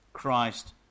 Christ